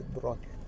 broken